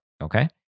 Okay